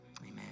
amen